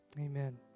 Amen